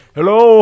Hello